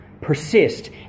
persist